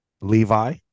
Levi